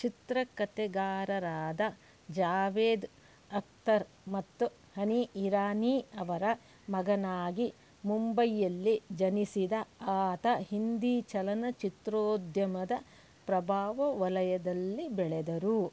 ಚಿತ್ರ ಕಥೆಗಾರರಾದ ಜಾವೇದ್ ಅಖ್ತರ್ ಮತ್ತು ಹನಿ ಇರಾನಿ ಅವರ ಮಗನಾಗಿ ಮುಂಬೈಯಲ್ಲಿ ಜನಿಸಿದ ಆತ ಹಿಂದಿ ಚಲನಚಿತ್ರೋದ್ಯಮದ ಪ್ರಭಾವ ವಲಯದಲ್ಲಿ ಬೆಳೆದರು